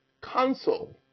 console